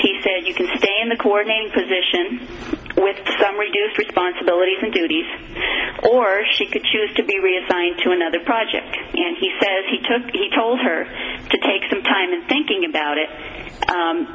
said you can stay in the corning position with some reduced responsibilities and duties or she could choose to be reassigned to another project and he says he took he told her to take some time thinking about it